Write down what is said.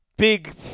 Big